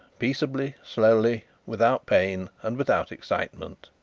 peaceably, slowly, without pain and without excitement.